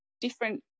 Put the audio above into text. different